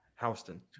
Houston